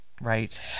right